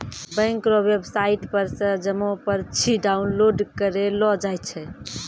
bank रो website पर से जमा पर्ची डाउनलोड करेलो जाय छै